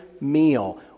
meal